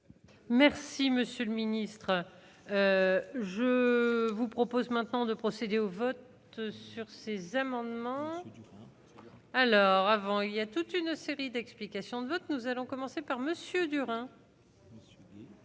Merci monsieur le ministre, je vous propose maintenant de procéder au vote sur ces amendements. Je veux dire. Alors avant, il y a toute une série d'explications de vote, nous allons commencer par Monsieur Durand.